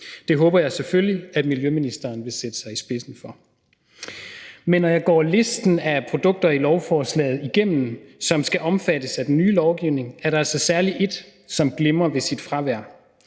Det håber jeg selvfølgelig at miljøministeren vil sætte sig i spidsen for. Men når jeg går listen af produkter i lovforslaget, som skal omfattes af den nye lovgivning, igennem, er der altså særlig et, som glimrer ved sit fravær.